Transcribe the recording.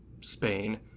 Spain